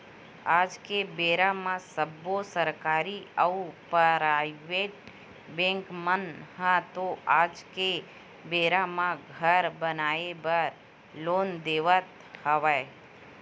आज के बेरा म सब्बो सरकारी अउ पराइबेट बेंक मन ह तो आज के बेरा म घर बनाए बर लोन देवत हवय